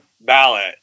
ballot